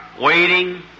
waiting